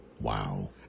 Wow